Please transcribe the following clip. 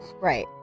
right